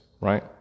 right